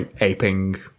aping